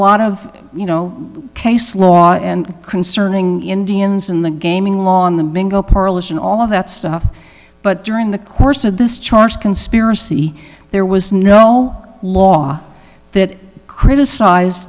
lot of you know case law and concerning indians in the gaming law on the mingle parlous and all of that stuff but during the course of this charge of conspiracy there was no law that criticize